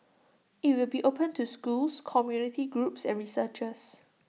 IT will be open to schools community groups and researchers